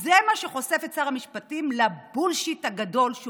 זה מה שחושף את שר המשפטים לבולשיט הגדול שהוא